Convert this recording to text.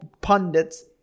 pundits